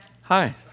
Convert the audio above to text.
Hi